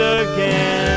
again